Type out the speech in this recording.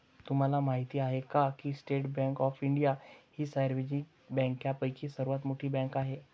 तुम्हाला माहिती आहे का की स्टेट बँक ऑफ इंडिया ही सार्वजनिक बँकांपैकी सर्वात मोठी बँक आहे